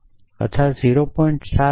7 અથવા સંભાવના 0